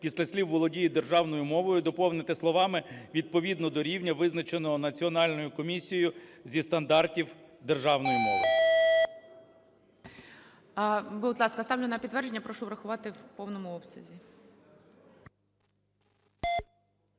Після слів "володіє державною мовою" доповнити словами "відповідно до рівня, визначеного Національною комісією зі стандартів державної мови".